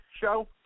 show